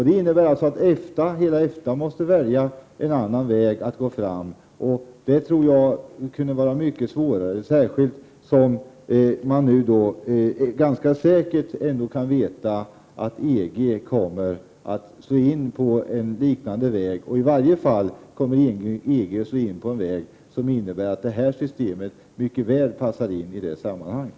Det innebär att hela EFTA måste välja en annan väg att gå fram, och det tror jag skulle vara mycket svårare, särskilt som det nu är ganska säkert att EG kommer att slå in på en liknande väg, i varje fall på en väg som innebär att detta system mycket väl passar in i sammanhanget.